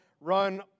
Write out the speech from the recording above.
Run